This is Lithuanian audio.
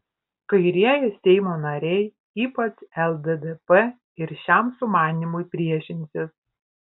kairieji seimo nariai ypač lddp ir šiam sumanymui priešinsis